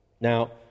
Now